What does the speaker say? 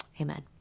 Amen